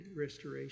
restoration